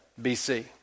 BC